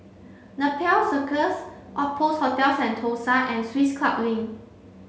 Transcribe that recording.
Nepal Circus Outpost Hotel Sentosa and Swiss Club Link